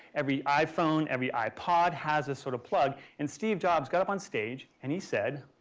every i-phone, every i-pod, has this sort of plug. and steve jobs got up on stage and he said